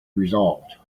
resolved